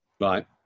Right